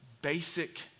basic